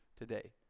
today